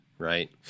Right